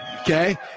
Okay